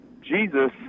Jesus